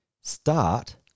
Start